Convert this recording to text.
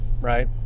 right